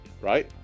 right